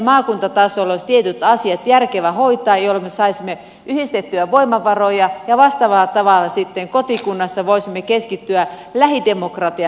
maakuntatasolla olisi tietyt asiat järkevä hoitaa jolloin me saisimme yhdistettyä voimavaroja ja vastaavalla tavalla sitten kotikunnassa voisimme keskittyä lähidemokratian asioiden hoitamiseen